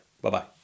Bye-bye